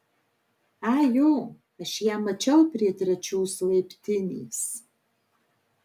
ai jo aš ją mačiau prie trečios laiptinės